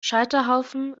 scheiterhaufen